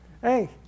Hey